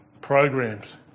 programs